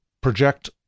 project